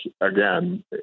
again